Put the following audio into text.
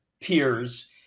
peers